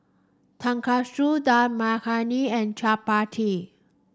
Tonkatsu Dal Makhani and Chapati